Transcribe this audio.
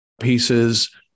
pieces